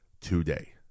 today